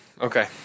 okay